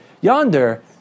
yonder